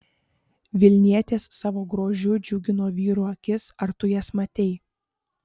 vilnietės savo grožiu džiugino vyrų akis ar tu jas matei